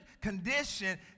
condition